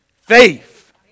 faith